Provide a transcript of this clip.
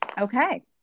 Okay